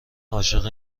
عاشق